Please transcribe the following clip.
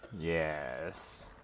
Yes